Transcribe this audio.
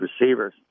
receivers